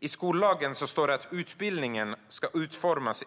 I skollagens 1 kap. 5 § står det att utbildningen ska utformas